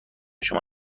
شما